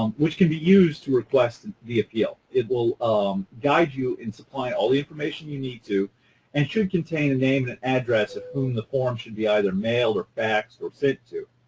um which can be used to request the appeal. it will um guide you in supplying all the information you need to and should contain a name and address of whom the form should be either mailed or faxed or sent to.